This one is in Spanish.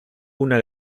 una